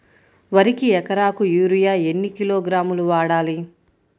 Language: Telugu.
వరికి ఎకరాకు యూరియా ఎన్ని కిలోగ్రాములు వాడాలి?